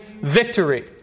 victory